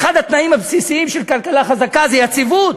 ואחד הכללים הבסיסיים של כלכלה חזקה זה יציבות.